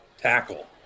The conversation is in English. tackle